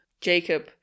Jacob